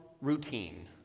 routine